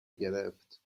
گرفت